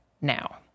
now